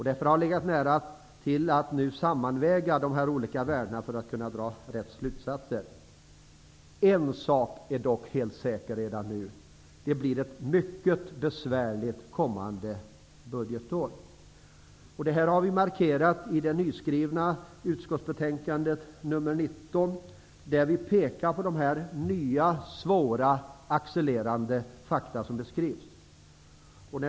Det har därför varit naturligt att sammanväga dessa olika aspekter för att kunna dra rätt slutsatser. En sak är dock helt säker redan nu: det kommande budgetåret blir mycket besvärligt. Det har vi markerat i det nyskrivna utskottsbetänkandet nr 19, där vi pekar på detta nya, svåra faktum.